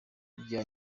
rya